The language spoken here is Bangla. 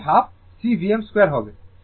এটি হাফ C Vm2 হবে